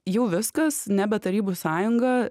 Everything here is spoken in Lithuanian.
jau viskas nebe tarybų sąjunga